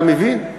אתה מבין?